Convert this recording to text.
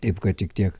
taip kad tik tiek